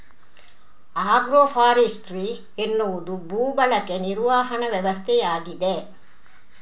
agro forestry ಎನ್ನುವುದು ಭೂ ಬಳಕೆ ನಿರ್ವಹಣಾ ವ್ಯವಸ್ಥೆಯಾಗಿದೆ